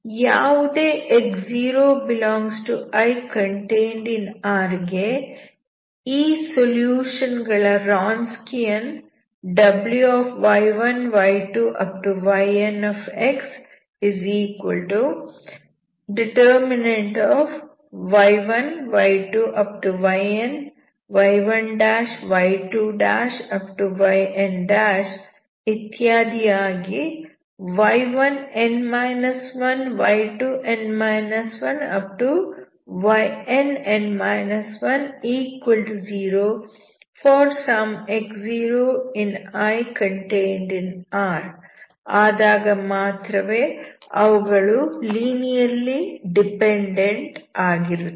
ಯಾವುದೇ x0IR ಗೆ ಈ ಸೊಲ್ಯೂಶನ್ ಗಳ ರಾನ್ಸ್ಕಿಯನ್ ಆದಾಗ ಮಾತ್ರವೇ ಅವುಗಳು ಲೀನಿಯರ್ಲಿ ಡಿಪೆಂಡೆಂಟ್ ಆಗಿರುತ್ತವೆ